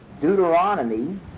Deuteronomy